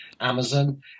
Amazon